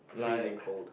like